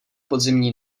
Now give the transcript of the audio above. podzimní